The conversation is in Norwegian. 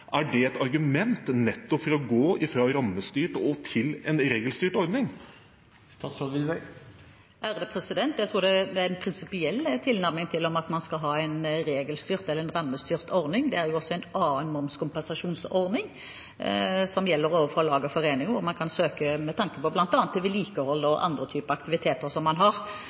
er det et argument for nettopp å gå fra en rammestyrt ordning til en regelstyrt ordning? Jeg tror det er prinsipiell tilnærming å vurdere om man skal ha en regelstyrt ordning eller en rammestyrt ordning. Det er også en annen momskompensasjonsordning som gjelder for lag og foreninger, hvor man kan søke om midler til bl.a. vedlikehold og andre typer aktiviteter man har.